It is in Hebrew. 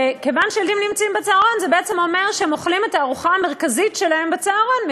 וזה אומר שהם אוכלים את הארוחה המרכזית שלהם בצהרון.